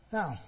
Now